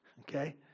Okay